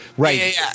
Right